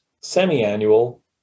semi-annual